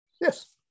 Yes